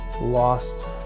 lost